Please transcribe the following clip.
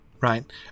right